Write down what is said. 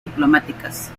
diplomáticas